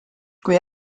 kui